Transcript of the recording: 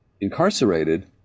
incarcerated